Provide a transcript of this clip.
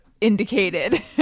indicated